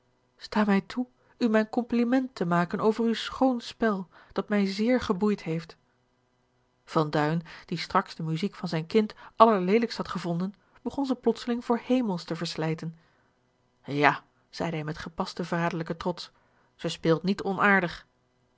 sta mij toe u mijn kompliment te maken over uw schoon spel dat mij zeer geboeid heeft van duin die straks de muziek van zijn kind allerleelijkst had gevonden begon ze plotseling voor hemels te verslijten ja zeide hij met gepasten vaderlijken trots zij speelt niet onaardig